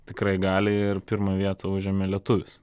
tikrai gali ir pirmą vietą užėmė lietuvis